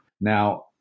Now